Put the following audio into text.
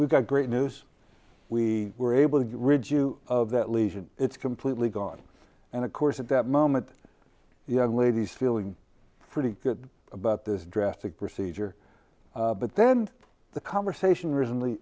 we've got great news we were able to rid you of that lesion it's completely gone and of course at that moment the young ladies feeling pretty good about this drastic procedure but then the conversation recently